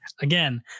Again